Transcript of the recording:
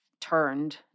turned